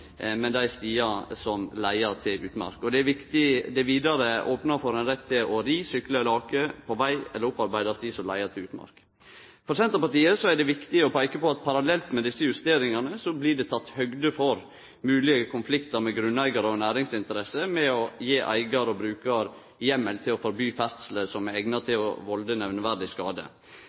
men dei stigane som leier til utmark. Det er vidare opna for retten til å ri, sykle eller ake på veg eller opparbeidd stig som leier til utmark. For Senterpartiet er det viktig å peike på at parallelt med desse justeringane blir det teke høgd for moglege konfliktar med grunneigarar og næringsinteresser ved å gje eigar og brukar heimel til å forby ferdsle som er eigna til å valde nemneverdig skade.